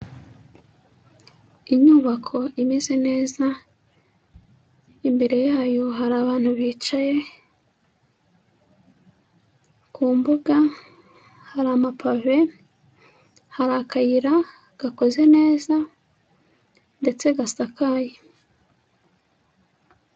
Inyubako imeze neza, imbere yayo hari abantu bicaye, ku mbuga hari amapave, hari akayira gakoze neza ndetse gasakaye.